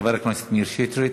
חבר הכנסת מאיר שטרית,